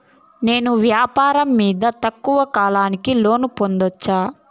నేను వ్యాపారం మీద తక్కువ కాలానికి లోను పొందొచ్చా?